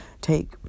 take